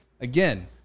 again